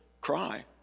cry